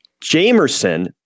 Jamerson